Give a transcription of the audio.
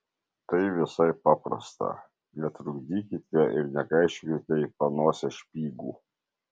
tai visai paprasta netrukdykite ir nekaišiokite į panosę špygų